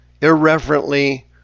irreverently